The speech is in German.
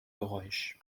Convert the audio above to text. geräusch